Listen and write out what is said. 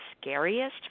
scariest